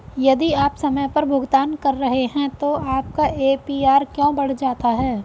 यदि आप समय पर भुगतान कर रहे हैं तो आपका ए.पी.आर क्यों बढ़ जाता है?